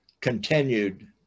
continued